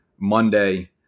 Monday